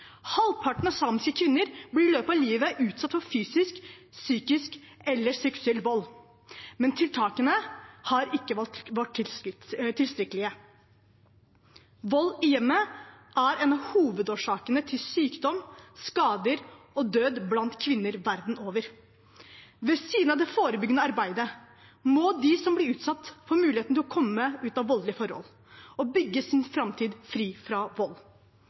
Halvparten av samiske kvinner blir i løpet av livet utsatt for fysisk, psykisk eller seksuell vold, men tiltakene har ikke vært tilstrekkelige. Vold i hjemmet er en av hovedårsakene til sykdom, skade og død blant kvinner verden over. Ved siden av det forebyggende arbeidet må de som blir utsatt, få muligheten til å komme ut av voldelige forhold og bygge sin framtid fri fra vold.